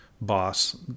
boss